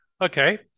Okay